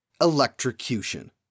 Electrocution